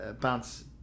bounce